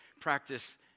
practice